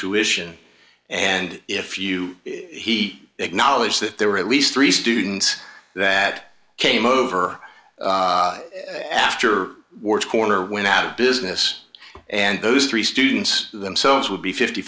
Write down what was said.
tuition and if you he acknowledged that there were at least three stew and that came over after work corner went out of business and those three students themselves would be fifty